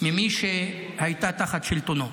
ממי שהיא הייתה תחת שלטונו.